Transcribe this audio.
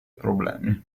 problemi